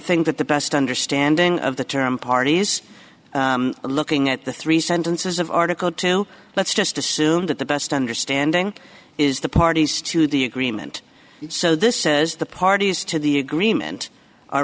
think that the best understanding of the term parties looking at the three sentences of article two let's just assume that the best understanding is the parties to the agreement so this says the parties to the agreement